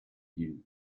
used